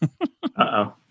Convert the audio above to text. Uh-oh